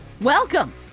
welcome